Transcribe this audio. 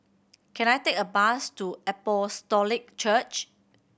can I take a bus to Apostolic Church